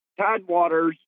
Tidewaters